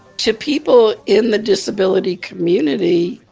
to people in the disability community,